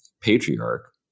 patriarch